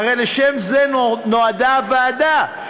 הרי לשם כך נועדה הוועדה,